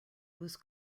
was